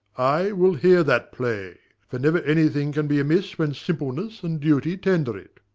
i will hear that play for never anything can be amiss when simpleness and duty tender it.